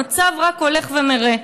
המצב רק הולך ומורע: